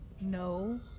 no